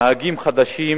נהגים חדשים